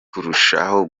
kirushaho